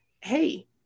hey